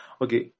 Okay